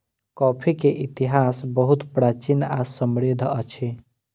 coffee के इतिहास बहुत प्राचीन आ समृद्धि अछि